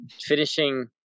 finishing